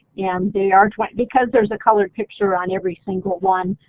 and they are twenty because there's a colored picture on every single one,